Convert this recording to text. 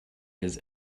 his